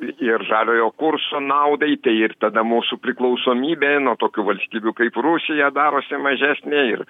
ir žaliojo kurso naudai tai ir tada mūsų priklausomybė nuo tokių valstybių kaip rusija darosi mažesnė ir